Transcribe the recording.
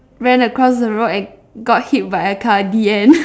ran across the road and got hit by a car the end